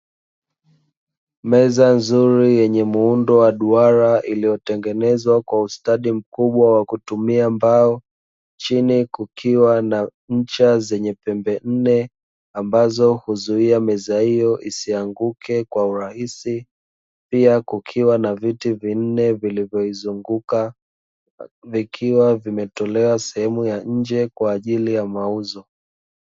Meza nzuri yenye muundo wa duara iliyotengenezwa kwa ustadi mkubwa wa kutumia mbao, chini kukiwa na ncha zenye pembe nne ambazo huzuia meza hiyo isianguke kwa urahisi, pia kukiwa na viti vinne vilivyoizunguka vikiwa vimetolewa sehemu ya nje kwa ajili ya mauzo.